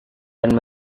dan